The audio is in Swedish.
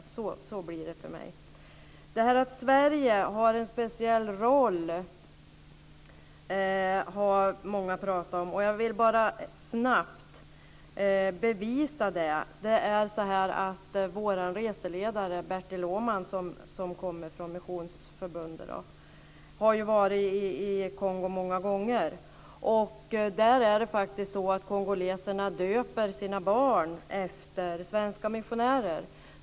Så blir det för mig. Många har talat om att Sverige har en speciell roll. Jag vill bara snabbt bevisa det. Vår reseledare Bertil Åhman, som kommer från Missionsförbundet, har varit i Kongo många gånger. Kongoleserna döper sina barn efter svenska missionärer.